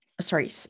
sorry